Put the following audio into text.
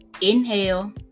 Inhale